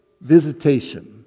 visitation